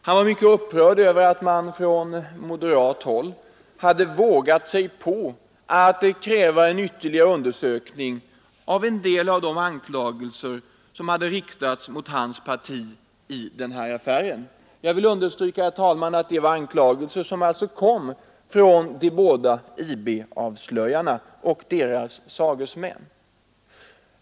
Han var mycket upprörd över att man från moderat håll hade vågat sig på att kräva en undersökning av en del av de anklagelser som hade riktats mot hans parti i den här affären. Jag vill understryka, herr talman, att det var anklagelser som kom från de båda IB-avslöjarna och deras sagesmän.